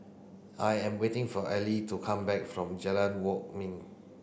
I am waiting for Ellie to come back from Jalan Kwok Min